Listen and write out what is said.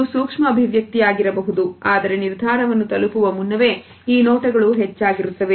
ಇದು ಸೂಕ್ಷ್ಮ ಅಭಿವ್ಯಕ್ತಿ ಆಗಿರಬಹುದು ಆದರೆ ನಿರ್ಧಾರವನ್ನು ತಲುಪುವ ಮುನ್ನವೇ ಈ ನೋಟಗಳು ಹೆಚ್ಚಾಗಿರುತ್ತವೆ